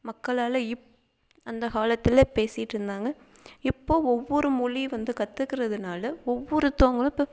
மக்களால் இப் அந்த காலத்தில் பேசிட்டு இருந்தாங்க இப்போது ஒவ்வொரு மொழி வந்து கற்றுக்கறதுனால ஒவ்வொருத்தவங்களும் இப்போ